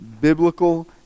biblical